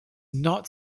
not